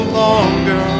longer